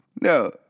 no